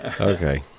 Okay